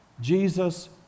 Jesus